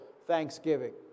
thanksgiving